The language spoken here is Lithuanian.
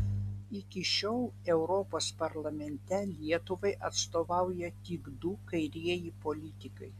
iki šiol europos parlamente lietuvai atstovauja tik du kairieji politikai